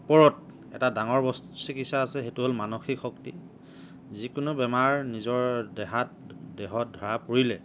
ওপৰত এটা ডাঙৰ বস্তু চিকিৎসা আছে সেইটো হ'ল মানসিক শক্তি যিকোনো বেমাৰ নিজৰ দেহাত দেহত ধৰা পৰিলে